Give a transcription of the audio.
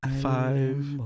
five